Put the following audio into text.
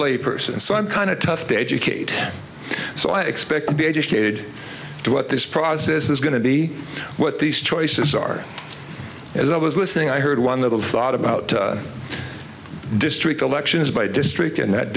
layperson so i'm kind of tough to educate so i expect to be educated to what this process is going to be what these choices as i was listening i heard one little thought about district elections by district in that